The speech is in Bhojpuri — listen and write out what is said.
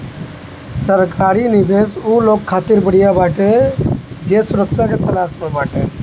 सरकारी निवेश उ लोग खातिर बढ़िया बाटे जे सुरक्षा के तलाश में बाटे